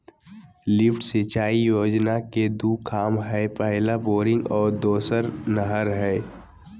lift सिंचाई योजना के दू काम हइ पहला बोरिंग और दोसर नहर हइ